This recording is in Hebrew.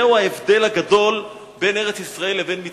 זהו ההבדל הגדול בין ארץ-ישראל לבין מצרים.